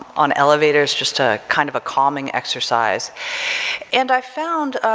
on elevators, just a kind of a calming exercise and i found